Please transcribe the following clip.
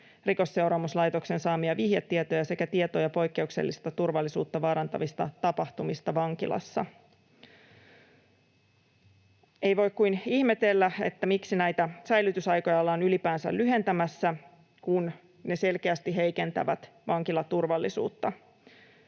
Rikosseuraamuslaitoksen saamia vihjetietoja sekä tietoja poikkeuksellisista, turvallisuutta vaarantavista tapahtumista vankilassa. Ei voi kuin ihmetellä, miksi näitä säilytysaikoja ollaan ylipäänsä lyhentämässä, kun se selkeästi heikentäisi vankilaturvallisuutta.